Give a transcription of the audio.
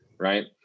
Right